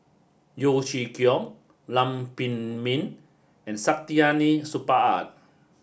Yeo Chee Kiong Lam Pin Min and Saktiandi Supaat